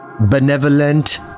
benevolent